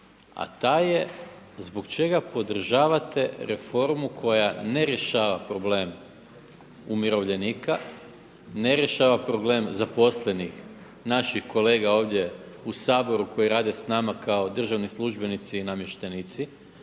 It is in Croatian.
A ta je zbog čega podržavate reformu koja ne rješava problem umirovljenika, ne rješava problem zaposlenih naših kolega ovdje u Saboru koji rade s nama kako državni službenici i namještenici,